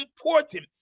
important